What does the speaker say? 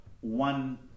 One